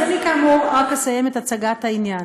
אז אני כאמור רק אסיים את הצגת העניין.